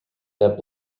that